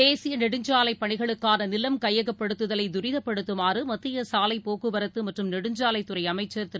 தேசிய நெடுஞ்சாலைப் பணிகளுக்கான நிலம் கையகப்படுத்துதலை துரிதப்படுத்துமாறு மத்திய சாலை போக்குவரத்து மற்றும் நெடுஞ்சாலைத்துறை அமைச்சர் திரு